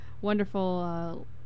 wonderful